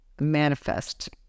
manifest